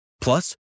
Plus